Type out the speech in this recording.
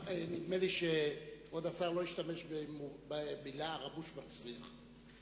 נדמה לי שכבוד השר לא השתמש במלים "ערבוש מסריח",